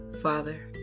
Father